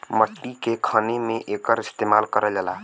मट्टी के खने में एकर इस्तेमाल करल जाला